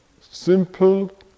simple